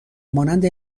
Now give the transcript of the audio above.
مانند